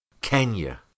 Kenya